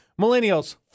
Millennials